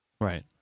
Right